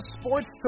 sports